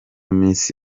miss